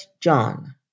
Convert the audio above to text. John